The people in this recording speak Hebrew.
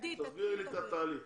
ספרי על התהליך.